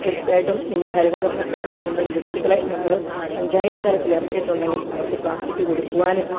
തീര്ച്ചയായിട്ടും ഇന്ന് ഹരിതകര്മസേന എന്നൊരു വ്യക്തികളെ നമ്മൾ പഞ്ചായത്ത് തലത്തില് ഇറക്കിയിട്ടുണ്ടെങ്കില് അവര്ക്ക് പ്ലാസ്റ്റിക് കൊടുക്കുവാനും